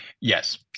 Yes